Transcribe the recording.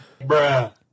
Bruh